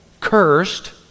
cursed